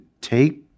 take